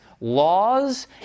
laws